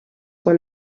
one